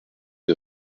des